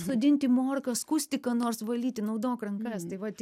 sodinti morkas skusti nors valyti naudok rankas tai vat